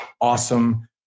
awesome